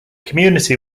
community